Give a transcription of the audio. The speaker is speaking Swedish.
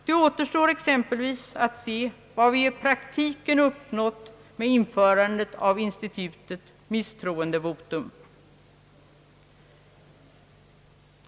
Det återstår exempelvis att se vad vi i praktiken uppnått med införandet av institutet misstroendevotum.